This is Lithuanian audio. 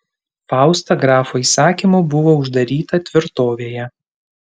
fausta grafo įsakymu buvo uždaryta tvirtovėje